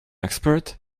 expert